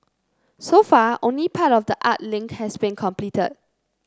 so far only part of the art link has been completed